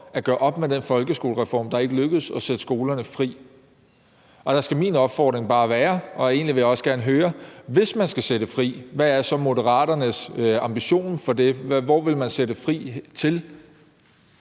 at gøre op med den folkeskolereform, der ikke lykkedes, og sætte skolerne fri. Der skal min opfordring bare være, at man meddeler – og jeg vil egentlig også gerne høre det: Hvis man skal sætte fri, hvad er så Moderaternes ambition for det? Hvortil vil man sætte fri?